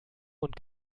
und